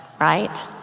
right